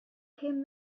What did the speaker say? came